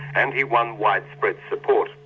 and he won widespread support.